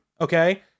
Okay